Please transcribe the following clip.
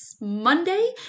Monday